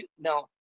now